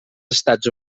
estats